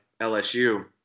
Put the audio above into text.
LSU